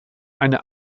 eine